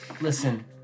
Listen